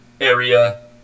Area